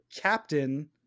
captain